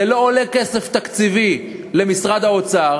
זה לא עולה כסף תקציבי למשרד האוצר,